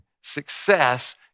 Success